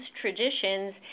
traditions